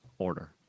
order